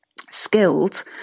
skilled